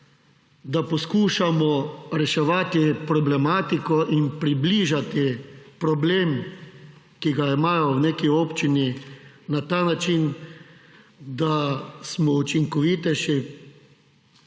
da poskušamo reševati problematiko in približati problem, ki ga imajo v neki občini, na ta način, da smo učinkovitejši